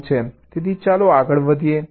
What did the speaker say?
તેથી ચાલો આગળ વધીએ